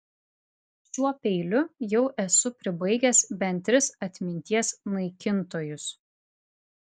šiuo peiliu jau esu pribaigęs bent tris atminties naikintojus